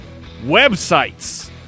websites